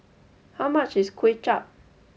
how much is Kuay Chap